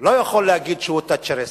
לא יכול להגיד שהוא תאצ'ריסט,